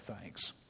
thanks